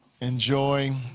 Enjoy